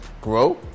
grow